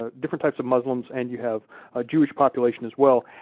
ah different types of muslims, and you have a jewish population as well,